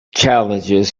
challenges